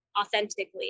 authentically